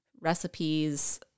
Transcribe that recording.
recipes